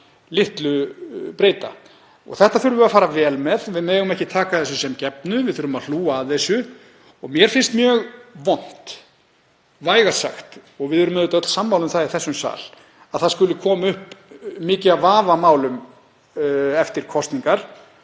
Þetta þurfum við að fara vel með. Við megum ekki taka þessu sem gefnu. Við þurfum að hlúa að þessu. Mér finnst vægast sagt mjög vont, og við erum auðvitað öll sammála um það í þessum sal, að það skuli koma upp mikið af vafamálum eftir kosningar,